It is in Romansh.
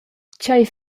tgei